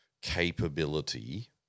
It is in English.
Capability